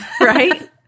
right